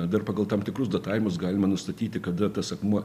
dar pagal tam tikrus datavimas galima nustatyti kada tas akmuo